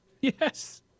Yes